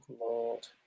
Lord